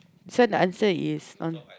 why the answer is un